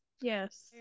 Yes